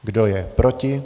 Kdo je proti?